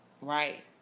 right